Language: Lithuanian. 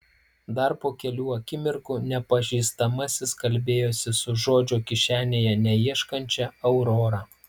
dar po kelių akimirkų nepažįstamasis kalbėjosi su žodžio kišenėje neieškančia aurora